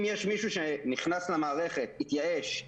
אם יש מישהו שנכנס למערכת, התייאש,